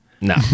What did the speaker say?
no